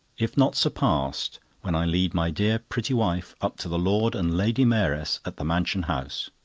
if not surpassed, when i lead my dear, pretty wife up to the lord and lady mayoress at the mansion house.